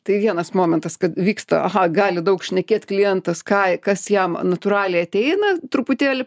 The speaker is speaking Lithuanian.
tai vienas momentas kad vyksta aha gali daug šnekėt klientas ką kas jam natūraliai ateina truputėlį